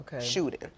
shooting